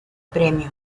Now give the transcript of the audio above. premio